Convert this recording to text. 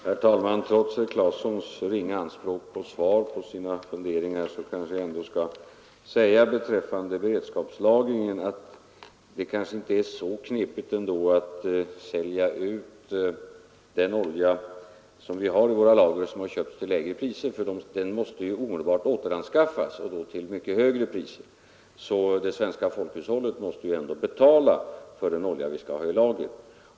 Herr talman! Trots herr Claesons ringa anspråk på svar på sina funderingar kanske jag skall säga beträffande beredskapslagringen, att det kanske inte är så knepigt ändå att sälja ut den olja som vi har i våra lager och som har köpts till lägre priser. Den måste ju omedelbart återanskaffas och då till mycket högre priser, så det svenska folkhushållet måste ändå betala för den olja vi skall ha i lager.